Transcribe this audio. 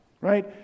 right